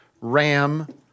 Ram